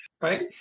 right